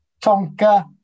Tonka